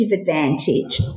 advantage